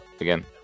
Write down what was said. Again